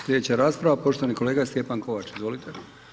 Slijedeća rasprava poštovani kolega Stjepan Kovač, izvolite.